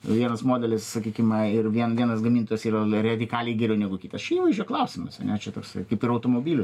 vienas modelis sakykime ir vien vienas gamintojas yra radikaliai geriau negu kitas čia įvaizdžio klausimas ane čia toksai kaip ir automobilių